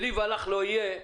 שלי ולך לא יהיה,